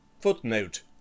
Footnote